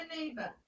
neighbor